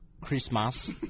Christmas